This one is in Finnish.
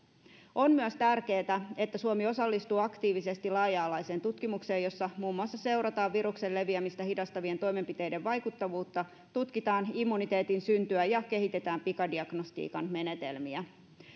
on myös tärkeätä että suomi osallistuu aktiivisesti laaja alaiseen tutkimukseen jossa muun muassa seurataan viruksen leviämistä hidastavien toimenpiteiden vaikuttavuutta tutkitaan immuniteetin syntyä ja kehitetään pikadiagnostiikan menetelmiä